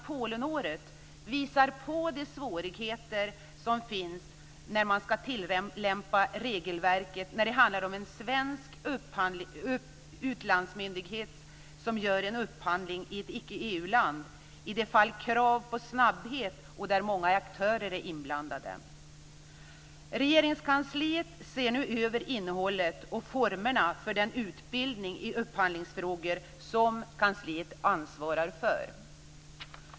Polenåret visar på de svårigheter som finns vid tilllämpning av regelverket när det gäller en svensk utlandsmyndighet som gör en upphandling i ett icke EU-land under krav på snabbhet och med många inblandade aktörer. Regeringskansliet ser nu över innehållet i och formerna för den utbildning i upphandlingsfrågor som kansliet ansvarar för.